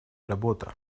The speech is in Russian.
работа